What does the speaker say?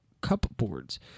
cupboards